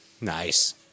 Nice